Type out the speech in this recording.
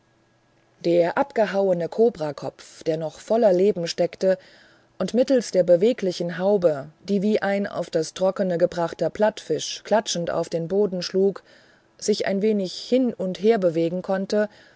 der abgehauene kobrakopf der noch voller leben steckte und mittelst der beweglichen haube die wie ein auf das trockene gebrachter plattfisch klatschend auf den boden schlug sich ein wenig hin und her bewegen konnte